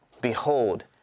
behold